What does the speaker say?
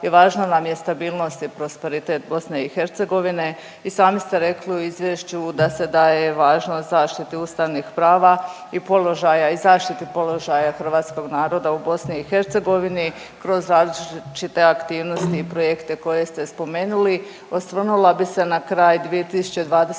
i važna nam je stabilnost i prosperitet BiH. I sami ste rekli u izvješću da se daje važnost zaštiti ustavnih prava i položaja i zaštiti položaja hrvatskog naroda u BiH kroz različite aktivnosti i projekte koje ste spomenuli. Osvrnula bi se na kraj 2022.g.